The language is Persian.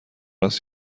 است